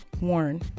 warn